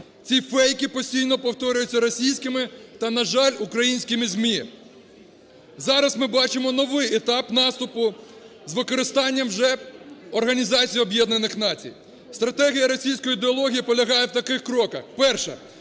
Ці фейки постійно повторюються російськими та, на жаль, українськими ЗМІ. Зараз ми бачимо новий етап наступу з використанням вже Організації Об'єднаних Націй. Стратегія російської ідеології полягає в таких кроках.